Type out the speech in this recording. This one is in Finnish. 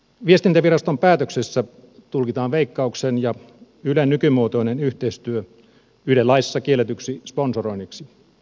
viestintäviraston päätöksessä tulkitaan veikkauksen ja ylen nykymuotoinen yhteistyö yle laissa kielletyksi sponsoroinniksi